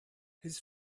his